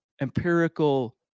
empirical